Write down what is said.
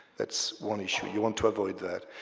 that's one issue. you want to avoid that.